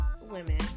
women